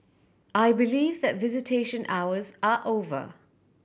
I believe that visitation hours are over